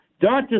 Dr